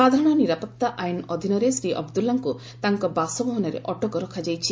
ସାଧାରଣ ନିରାପତ୍ତା ଆଇନ ଅଧୀନରେ ଶ୍ରୀ ଅବଦୁଲ୍ଲାଙ୍କୁ ତାଙ୍କ ବାସଭବନରେ ଅଟକ ରଖାଯାଇଛି